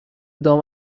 دام